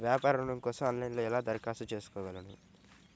వ్యాపార ఋణం కోసం ఆన్లైన్లో ఎలా దరఖాస్తు చేసుకోగలను?